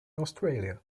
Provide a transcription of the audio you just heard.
australia